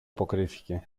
αποκρίθηκε